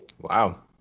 Wow